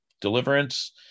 deliverance